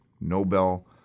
Nobel